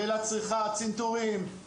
ואילת צריכה צנתורים,